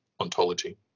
ontology